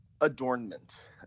adornment